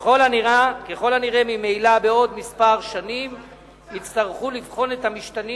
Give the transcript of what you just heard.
ככל הנראה ממילא בעוד שנים מספר יצטרכו לבחון את המשתנים